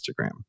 Instagram